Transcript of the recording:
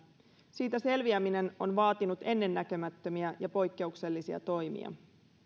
siitä selviäminen on vaatinut ennennäkemättömiä ja poikkeuksellisia toimia